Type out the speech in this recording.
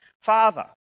Father